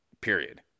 period